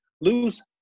Lose